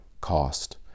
cost